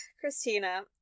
christina